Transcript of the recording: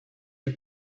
you